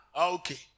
okay